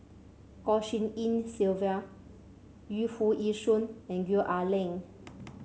Goh Tshin En Sylvia Yu Foo Yee Shoon and Gwee Ah Leng